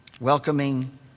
welcoming